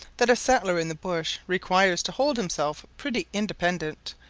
that a settler in the bush requires to hold himself pretty independent,